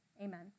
Amen